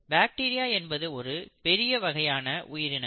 bacteria என்பது ஒரு பெரிய வகையான உயிரினங்கள்